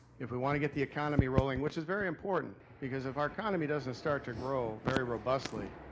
if we want to get the economy rolling, which is very important, because if our economy doesn't start to grow, very robustly,